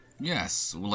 Yes